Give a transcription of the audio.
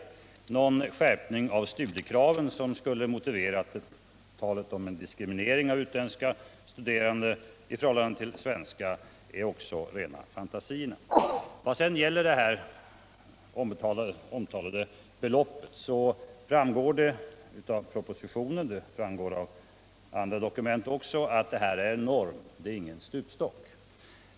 Att det skulle ha skett en skärpning av studiekraven som skulle motivera talet om en diskriminering av utländska studerande i förhållande till de svenska är också rena fantasierna. Vad sedan gäller de omtalade beloppen framgår det av propositionen och av andra dokument att det är fråga om en norm, inte en stupstock.